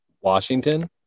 Washington